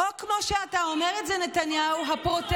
איך את יכולה להגיד דבר כזה,